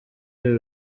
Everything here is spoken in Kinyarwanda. iri